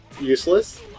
Useless